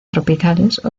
tropicales